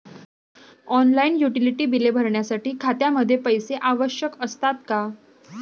Online utility बिले भरण्यासाठी खात्यामध्ये पैसे आवश्यक असतात का?